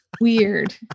weird